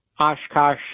Oshkosh